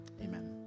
Amen